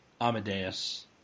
Amadeus